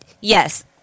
yes